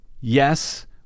yes